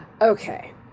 Okay